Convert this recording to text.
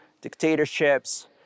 dictatorships